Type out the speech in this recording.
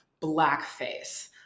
blackface